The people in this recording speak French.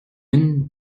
une